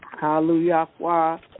Hallelujah